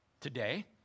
today